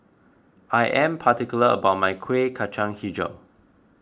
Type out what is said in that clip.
I am particular about my Kueh Kacang HiJau